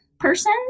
person